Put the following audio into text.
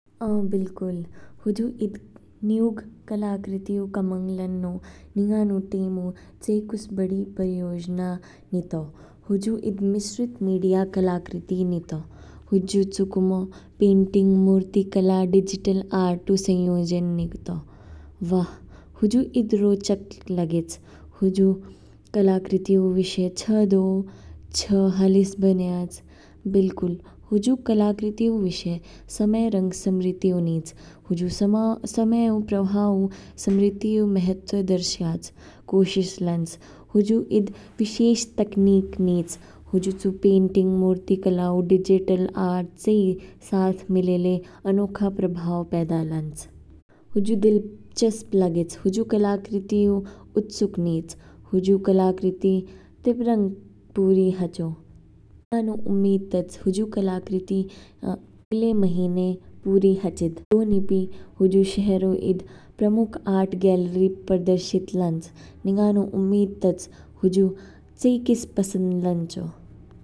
औं बिल्कुल हुजु ईद न्युग कलाकृति ऊ कमांग लान्नो निंगानु टेम ऊ चेईकिस बड़ी परियोजना नितो। हुजु ईद मिश्रित मीडिया कलाकृति नितो, हुजु चू कुमो पेंटिग, मूर्तिकला, डिजिटल आर्ट ऊ संयोजन नितो। वाह हुजु ईद रोचक लागेच, हुजु कलाकृति ऊ विषय छ दू, छ हालिस बन्याच। बिल्कुल हुजु कलाकृति ऊ विषय, समय रंग स्मृति ऊ नीच, हुजु समय ऊ प्रवाह ऊ स्मृति ऊ महत्व दर्श्याच, कोशिश लांच। हुजु ईद विशेष तकनीक नीच, हुजु चू पेंटिंग, मूर्तिकला ऊ, डिजिटल आर्ट चेई साथ मिलेले, अनोखा प्रभाव पैदा लांच। हुजु दिलचस्प लागेच। हुजु कलाकृति ऊ उत्सुक नीच, हुजु कलाकृति तेब्रंग पूरी हाचो। निंगा नु उम्मीद तच हुजु कलाकृति अगले महीने पूरी हचिद। दो निपी हुजु शहर ऊ ईद प्रमुख आर्ट गेलारी ऊ प्रदर्शित लांच। निंगा नु उम्मीद तच हुजु चेईकिस पसन्द लान्चो।